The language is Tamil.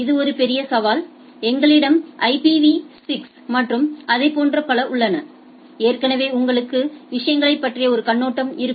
இது ஒரு பெரிய சவால் எங்களிடம் ஐபிவி 6 மற்றும் அதைப் போன்று பல உள்ளன ஏற்கனவே உங்களுக்கு விஷயங்களைப் பற்றிய ஒரு கண்ணோட்டம் இருக்கும்